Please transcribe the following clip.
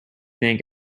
think